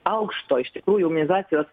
aukšto iš tikrųjų imunizacijos